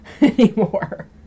anymore